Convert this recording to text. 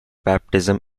baptism